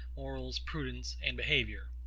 morals prudence, and behaviour.